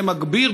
וזה מגביר,